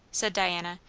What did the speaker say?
said diana,